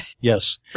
Yes